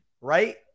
right